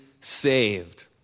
saved